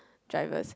drivers